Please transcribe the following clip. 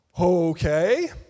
Okay